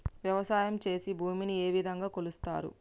వ్యవసాయం చేసి భూమిని ఏ విధంగా కొలుస్తారు?